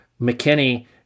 McKinney